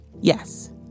Yes